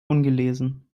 ungelesen